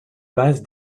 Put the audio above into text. base